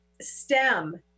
stem